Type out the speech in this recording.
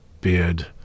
beard